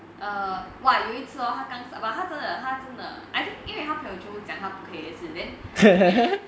err !wah! 有一次 hor 他刚 but 他真的他真的:ta zhen deta zhen de I think 因为他朋友就会讲他不可以再吃 then